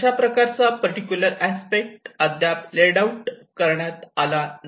अशा प्रकारचा particular aspect अद्याप लेड आऊट करण्यात आला नाही